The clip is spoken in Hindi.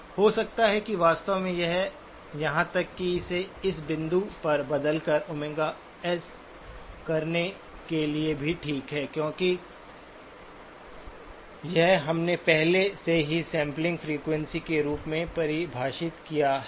हो सकता है कि वास्तव में यहां तक कि इसे इस बिंदु पर बदलकर Ωs करने के लिए भी ठीक है क्योंकि यह हमने पहले से ही सैंपलिंग फ्रीक्वेंसी के रूप में परिभाषित किया है